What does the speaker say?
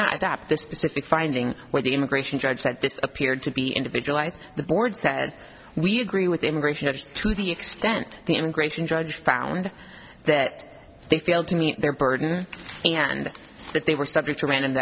this specific finding where the immigration judge said this appeared to be individualized the board said we agree with immigration to the extent the immigration judge found that they failed to meet their burden and that they were subject to random